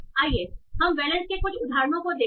आइए हम वैलेंस के कुछ उदाहरणों को देखें